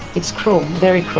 it's cruel, very